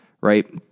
right